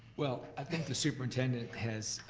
well i think the superintendent has